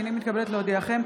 הינני מתכבדת להודיעכם,